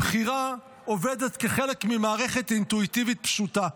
הבחירה עובדת כחלק ממערכת אינטואיטיבית פשוטה.